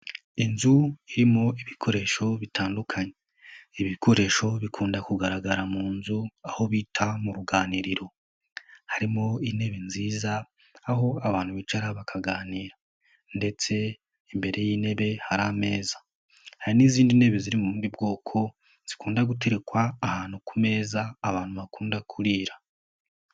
Inzu irimo ibikoresho bitandukanye, ibikoresho bikunda kugaragara mu nzu aho bita mu ruganiriro, harimo intebe nziza aho abantu bicara bakaganira, ndetse imbere y'intebe hari ameza, hari n'izindi ntebe ziri mundi bwoko zikunda guterekwa ahantu ku meza, abantu bakunda kurira.